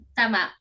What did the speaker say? tama